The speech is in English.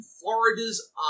Florida's